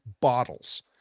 bottles